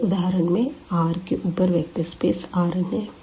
पहले उदाहरण में R के ऊपर वेक्टर स्पेस R n है